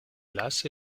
glace